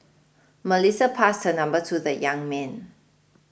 Melissa passed her number to the young man